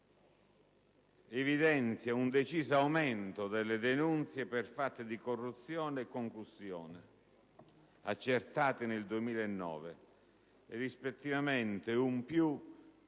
evidenzia un deciso aumento delle denunzie per fatti di corruzione e concussione accertati nel 2009, rispettivamente un